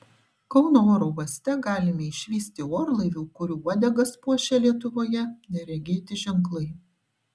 kauno oro uoste galima išvysti orlaivių kurių uodegas puošia lietuvoje neregėti ženklai